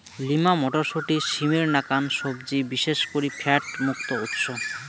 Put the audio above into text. lima মটরশুঁটি, সিমের নাকান সবজি বিশেষ করি ফ্যাট মুক্ত উৎস